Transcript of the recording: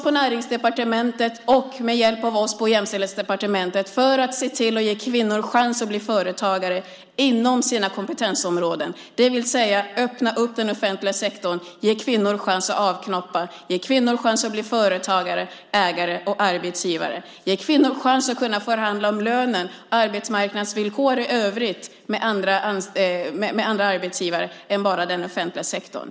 På Näringsdepartementet jobbas det, med hjälp av oss på Integrations och jämställdhetsdepartementet, med att se till att ge kvinnor chans att bli företagare inom sina kompetensområden, det vill säga att öppna den offentliga sektorn, ge kvinnor chans att avknoppa, ge kvinnor chans att bli företagare, ägare och arbetsgivare och ge kvinnor chans att förhandla om lönen och övriga arbetsmarknadsvillkor med andra arbetsgivare än bara den offentliga sektorn.